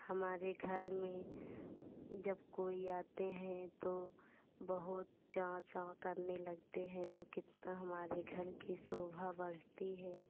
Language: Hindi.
हमारे घर में जब कोई आते हैं तो बहउत चाँव चाँव करने लगते हैं तो कितना हमारे घर की शोभा बढ़ती है